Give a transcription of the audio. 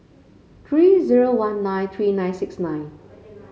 three zero one nine three nine six nine